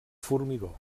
formigó